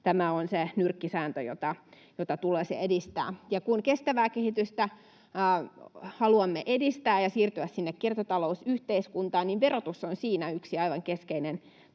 Tämä on se nyrkkisääntö, jota tulee edistää, ja kun kestävää kehitystä haluamme edistää ja siirtyä sinne kiertotalousyhteiskuntaan, niin verotus on siinä yksi aivan keskeinen